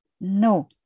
no